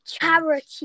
charity